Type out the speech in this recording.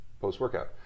post-workout